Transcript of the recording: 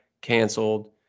canceled